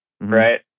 right